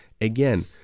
Again